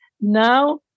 now